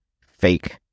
fake